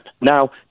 Now